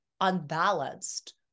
unbalanced